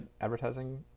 advertising